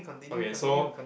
okay so